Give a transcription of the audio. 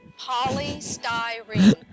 polystyrene